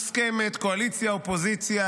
מוסכמת, קואליציה-אופוזיציה.